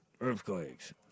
earthquakes